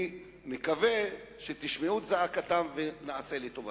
אני מקווה שתשמעו את צעקתם ונעשה לטובתם.